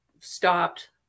stopped